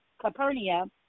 Capernaum